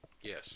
Yes